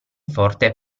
forte